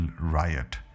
riot